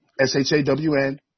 S-H-A-W-N